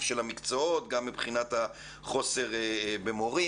של המקצועות וגם מבחינת מחסור במורים.